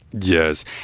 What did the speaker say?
Yes